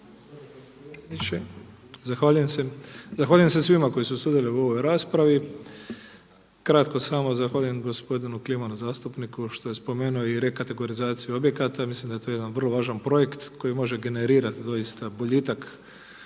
Zahvaljujem se svima koji su sudjelovali u ovoj raspravi. Samo kratko, zahvaljujem gospodinu Klimanu zastupniku što je spomenuo i rekategorizaciju objekata, mislim da je to jedan vrlo važan projekt koji može generirati doista boljitak